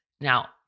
Now